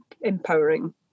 empowering